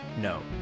No